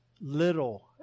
little